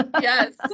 Yes